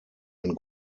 ein